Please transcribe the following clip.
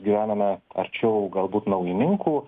gyvename arčiau galbūt naujininkų